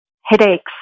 headaches